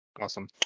Awesome